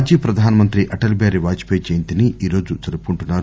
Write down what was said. మాజీ ప్రధానమంత్రి అటల్ బిహారీ వాజ్ పేయి జయంతిని ఈ రోజు జరుపుకుంటున్నారు